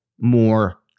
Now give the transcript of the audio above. more